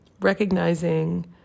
Recognizing